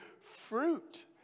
Fruit